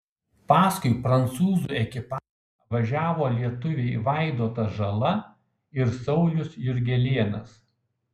paskui prancūzų ekipažą važiavo lietuviai vaidotas žala ir saulius jurgelėnas